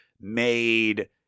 made